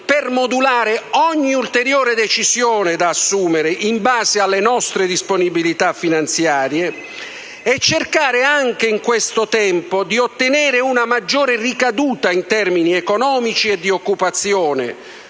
per modulare ogni ulteriore decisione da assumere in base alle nostre disponibilità finanziarie e cercare, nel contempo, di ottenere una maggiore ricaduta in termini economici e di occupazione,